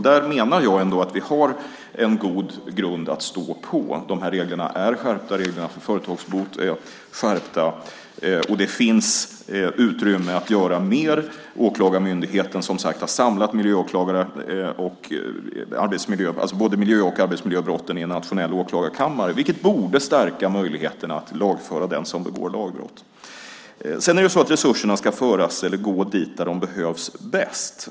Där menar jag ändå att vi har en god grund att stå på. De här reglerna är skärpta. Reglerna för företagsbot är skärpta, och det finns utrymme att göra mer. Åklagarmyndigheten har, som sagt, samlat både miljö och arbetsmiljöbrotten i en nationell åklagarkammare, vilket borde stärka möjligheterna att lagföra den som begår lagbrott. Sedan är det så att resurserna ska gå dit där de behövs bäst.